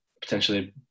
potentially